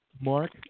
Mark